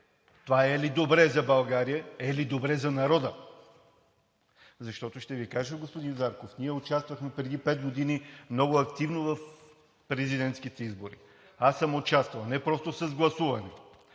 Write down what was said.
– е ли добре за България, е ли добре за народа? Ще Ви кажа, господин Зарков, че ние участвахме преди пет години много активно в президентските избори и съм участвал не просто с гласуване,